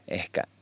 ehkä